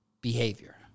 behavior